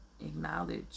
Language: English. acknowledge